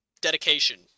dedication